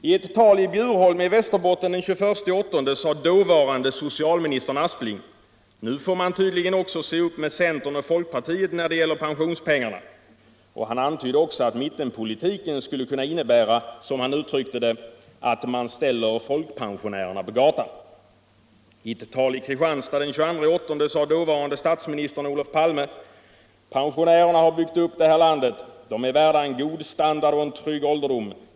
I ett tal i Bjurholm i Västerbotten den 21 augusti sade dåvarande socialministern Aspling: ”Nu får man tydligen också se upp med centern och folkpartiet när det gäller pensionspengarna.” Han antydde också att mittenpolitiken skulle kunna innebära, som han uttryckte det, att man ”ställer folkpensionärerna på gatan”. I ett tal i Kristianstad den 22 augusti sade dåvarande statsministern Olof Palme: ”Pensionärerna har byggt upp det här landet. De är värda en god standard och en trygg ålderdom.